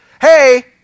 Hey